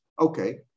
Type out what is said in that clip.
Okay